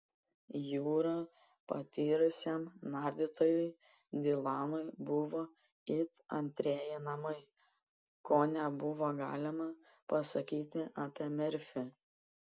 jūra patyrusiam nardytojui dilanui buvo it antrieji namai ko nebuvo galima pasakyti apie merfį